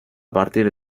partir